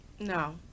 no